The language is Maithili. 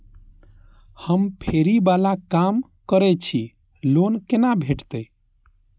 हम फैरी बाला काम करै छी लोन कैना भेटते?